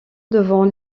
devant